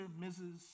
Mrs